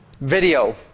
video